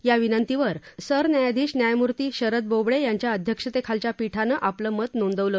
या विनंतीवर सरन्यायाधीश न्यायमूर्ती शरद बोबडे यांच्या अध्यक्षतेखालच्या पीठानं आपलं मत नोंदवलं